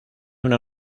una